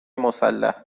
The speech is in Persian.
مسلح